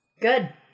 Good